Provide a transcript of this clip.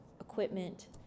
equipment